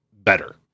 better